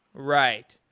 right.